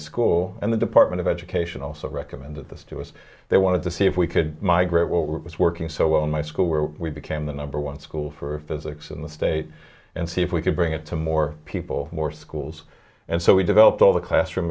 school and the department of education also recommended this to us they wanted to see if we could migrate what was working so well in my school where we became the number one school for physics in the state and see if we could bring it to more people more schools and so we developed all the classroom